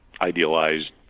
idealized